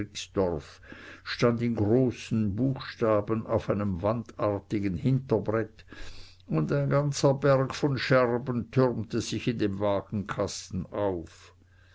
rixdorf stand in großen buchstaben auf einem wandartigen hinterbrett und ein ganzer berg von scherben türmte sich in dem wagenkasten auf